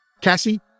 Cassie